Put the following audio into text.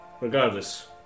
Regardless